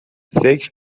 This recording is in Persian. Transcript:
فکر